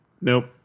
Nope